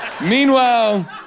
Meanwhile